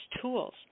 tools